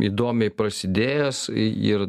įdomiai prasidėjęs į ir